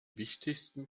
wichtigsten